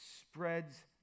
spreads